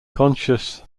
conscious